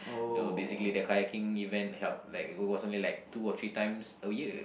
though basically the kayaking event held like it was only like two or three times a year